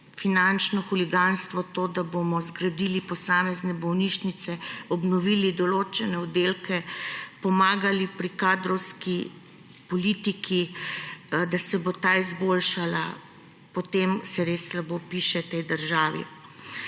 finančno huliganstvo to, da bomo zgradili posamezne bolnišnice, obnovili določene oddelke, pomagali pri kadrovski politiki, da se bo le-ta izboljšala. Potem se res slabo piše tej državi.